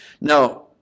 Now